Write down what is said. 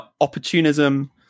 opportunism